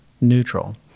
neutral